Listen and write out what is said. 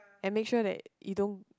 and make sure that you don't